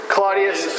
Claudius